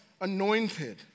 anointed